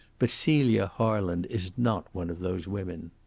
but celia harland is not one of those women.